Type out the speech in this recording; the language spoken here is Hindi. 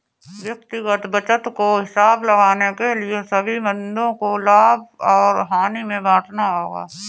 व्यक्तिगत बचत का हिसाब लगाने के लिए सभी मदों को लाभ और हानि में बांटना होगा